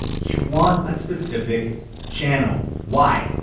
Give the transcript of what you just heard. you want a specific channel. why?